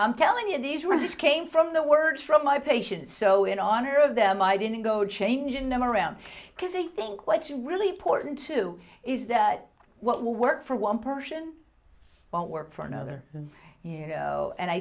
i'm telling you these were just came from the words from my patients so in honor of them i didn't go changing them around because i think what's really important too is that what will work for one person won't work for another you know and i